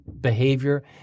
behavior